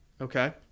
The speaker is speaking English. okay